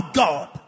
god